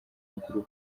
mukuru